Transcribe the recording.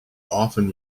often